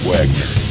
Wagner